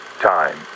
time